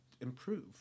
improve